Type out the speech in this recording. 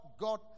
God